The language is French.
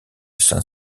saint